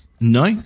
No